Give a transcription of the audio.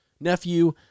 nephew